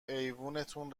ایوونتون